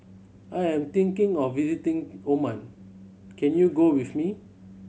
I am thinking of visiting Oman can you go with me